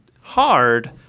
hard